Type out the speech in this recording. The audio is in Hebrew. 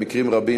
במקרים רבים,